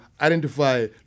identify